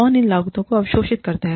कौन इन लागतों को अवशोषित करता है